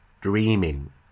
Dreaming